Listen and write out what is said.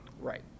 right